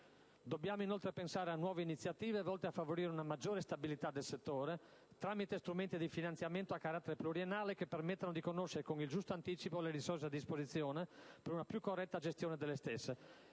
Dobbiamo inoltre pensare a nuove iniziative volte a favorire una maggiore stabilità del settore, tramite strumenti di finanziamento a carattere pluriennale che permettano di conoscere con il giusto anticipo le risorse a disposizione per una più corretta gestione delle stesse